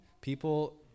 People